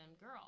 girl